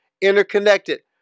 interconnected